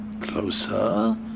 Closer